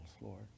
Lord